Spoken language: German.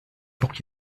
auch